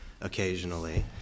occasionally